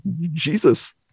Jesus